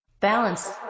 Balance